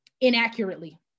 inaccurately